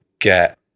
get